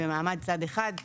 במעמד צד אחד.